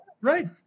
Right